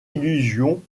illusions